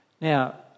Now